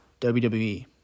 WWE